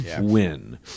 Win